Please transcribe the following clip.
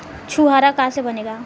छुआरा का से बनेगा?